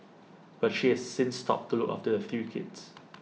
but she has since stopped to look after A three kids